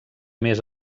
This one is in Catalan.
més